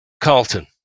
carlton